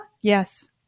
Yes